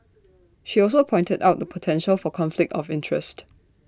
she also pointed out the potential for conflict of interest